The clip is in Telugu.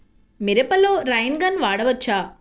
మిరపలో రైన్ గన్ వాడవచ్చా?